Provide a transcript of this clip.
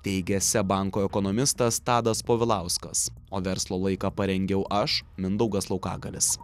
teigė seb banko ekonomistas tadas povilauskas o verslo laiką parengiau aš mindaugas laukagalis